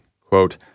quote